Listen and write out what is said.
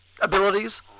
abilities